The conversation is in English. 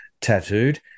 tattooed